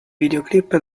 videoclip